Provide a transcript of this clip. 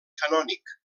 canònic